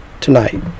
tonight